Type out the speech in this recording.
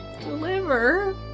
deliver